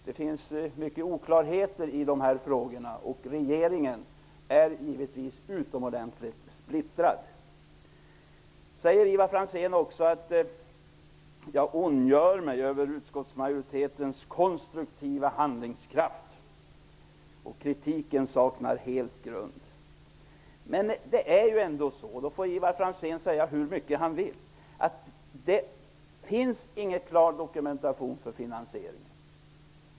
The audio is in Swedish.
Det finns många oklarheter i de här frågorna, och regeringen är givetvis utomordentligt splittrad. Sedan säger Ivar Franzén att jag ondgör mig över utskottsmajoritetens konstruktiva handlingskraft och att kritiken helt saknar grund. Men det finns ändå ingen klar dokumentation över finansieringen. Ivar Franzén får säga hur mycket han vill om att den finns.